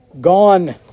gone